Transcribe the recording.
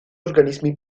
organismi